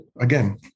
again